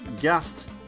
guest